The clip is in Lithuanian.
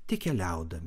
tik keliaudami